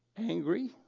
angry